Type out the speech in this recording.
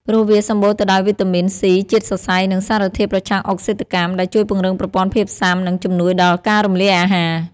ព្រោះវាសម្បូរទៅដោយវីតាមីន ស៊ី ជាតិសរសៃ និងសារធាតុប្រឆាំងអុកស៊ីតកម្ ដែលជួយពង្រឹងប្រព័ន្ធភាពស៊ាំ និងជំនួយដល់ការរំលាយអាហារ។